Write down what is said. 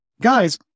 guys